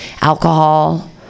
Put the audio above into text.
alcohol